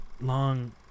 long